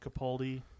capaldi